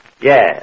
Yes